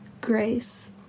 grace